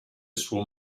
suo